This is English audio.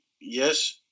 yes